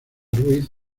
ruiz